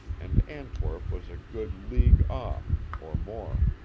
and antwerp was a good league off, or more.